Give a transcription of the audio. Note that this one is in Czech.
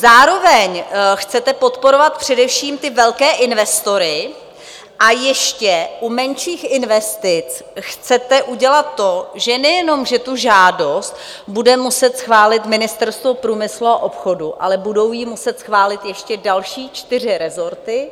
Zároveň chcete podporovat především velké investory a ještě u menších investic chcete udělat to, že nejenom že tu žádost bude muset schválit Ministerstvo průmyslu a obchodu, ale budou ji muset schválit ještě další čtyři rezorty: